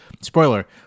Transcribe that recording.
spoiler